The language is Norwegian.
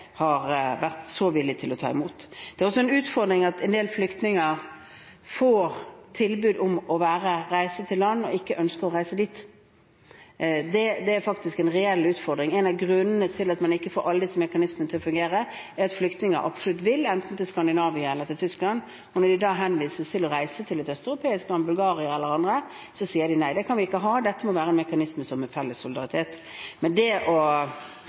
også en utfordring at en del flyktninger får tilbud om å reise til land og ikke ønsker å bli der. Det er faktisk en reell utfordring. En av grunnene til at man ikke får alle disse mekanismene til å fungere, er at flyktninger absolutt vil enten til Skandinavia eller til Tyskland. Når de da henvises til å reise til et østeuropeisk land, Bulgaria eller andre, så sier de nei. Sånn kan vi ikke ha det. Dette må være en mekanisme som viser felles solidaritet. Det er blitt mer nasjonalistiske regjeringer i flere land. Det